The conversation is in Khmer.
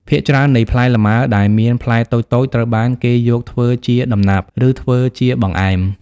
ភាគច្រើននៃផ្លែលម៉ើដែលមានផ្លែតូចៗត្រូវបានគេយកធ្វើជាដំណាប់ ឬធ្វើជាបង្ហែម។